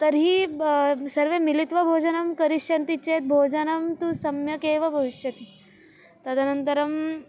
तर्हि ब सर्वे मिलित्वा भोजनं करिष्यन्ति चेत् भोजनं तु सम्यक् एव भविष्यति तदनन्तरम्